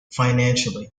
financially